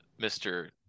Mr